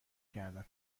کردم